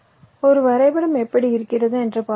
ஒரு வரைபடம் எப்படி இருக்கிறது என்று பார்ப்போம்